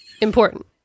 Important